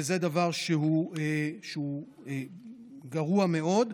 וזה דבר שהוא גרוע מאוד,